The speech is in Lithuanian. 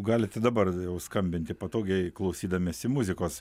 galite dabar jau skambinti patogiai klausydamiesi muzikos